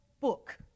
book